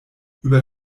über